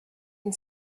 and